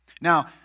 Now